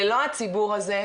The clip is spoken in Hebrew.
ללא הציבור הזה,